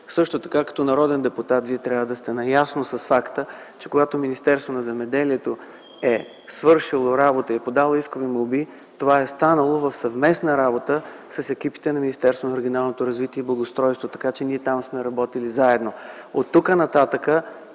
Също така като депутат Вие трябва да сте наясно с факта, че когато Министерството на земеделието и храните е свършило работа и е подало искови молби, това е станало в съвместна работа с екипите на Министерството на регионалното развитие и благоустройството. Така че ние там сме работили заедно. От тази работа,